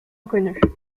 inconnues